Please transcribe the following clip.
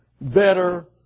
better